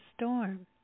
storm